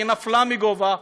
נפלה מגובה,